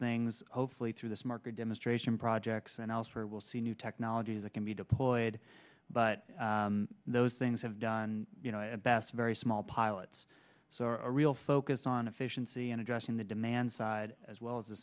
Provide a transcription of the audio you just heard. things hopefully through this market demonstration projects and elsewhere will see new technologies that can be deployed but those things have done you know at best very small pilots so a real focus on efficiency and addressing the demand side as well as the